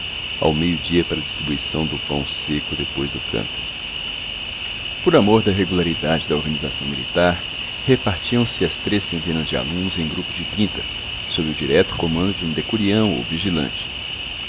ao meio-dia para a distribuição do pão seco depois do canto por amor da regularidade da organização militar repartiam se as três centenas de alunos em grupos de trinta sob o direto comando de um decurião ou vigilante